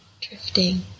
drifting